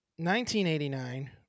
1989